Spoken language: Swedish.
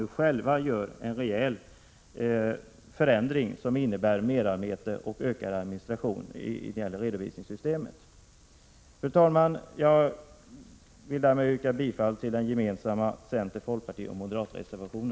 Nu gör man ju själv en rejäl förändring som innebär merarbete och ökad administration när det gäller redovisningssystemet. Fru talman! Jag vill därmed yrka bifall till den gemensamma reservationen från centern, folkpartiet och moderaterna.